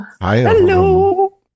hello